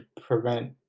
prevent